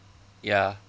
ya